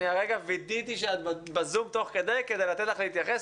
אני הרגע וידאתי שאת בזום כדי לתת לך להתייחס.